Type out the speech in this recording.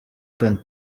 kane